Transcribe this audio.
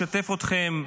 לשתף אתכם,